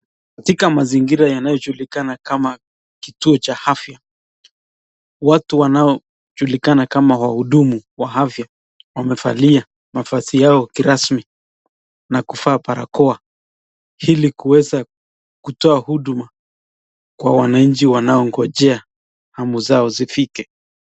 Ktika mazingira yanayo julikana kama kituo cha afya, watu wanaojulikana kama wahudumu wa afya wamevalia mavazi yao kirasmi na kuvaa barakoa ili kuweza kutoa huduma kwa wanainchi wanao ongojea hamu zao zifike.